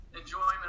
enjoyment